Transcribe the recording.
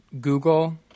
Google